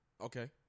Okay